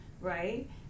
right